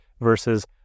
versus